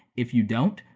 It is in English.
if you don't,